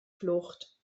flucht